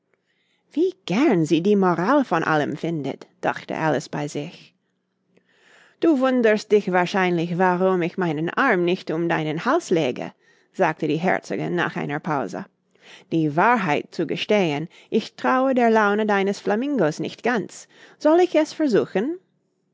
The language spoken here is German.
wie gern sie die moral von allem findet dachte alice bei sich du wunderst dich wahrscheinlich warum ich meinen arm nicht um deinen hals lege sagte die herzogin nach einer pause die wahrheit zu gestehen ich traue der laune deines flamingos nicht ganz soll ich es versuchen